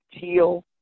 teal